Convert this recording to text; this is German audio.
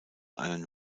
einen